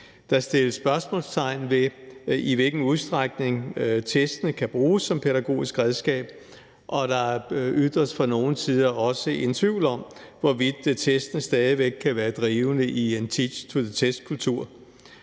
Der sættes spørgsmålstegn ved, i hvilken udstrækning testene kan bruges som pædagogisk redskab, og der ytres fra nogens side også en tvivl om, hvorvidt testene stadig væk kan være drivende i en teaching to the test-kultur.